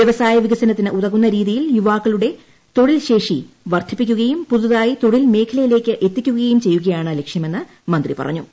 വൃവസായ വികസനത്തിന് ഉതകുന്ന രീതിയിൽ യുവാക്കളുടെ തൊഴിൽശേഷി വർദ്ധിപ്പിക്കുകയും പുതുതായി തൊഴിൽ മേഖലയിലേയ്ക്ക് എത്തിക്കുകയും ചെയ്യുകയാണ് ലക്ഷ്യമെന്ന് മന്ത്രി പറഞ്ഞു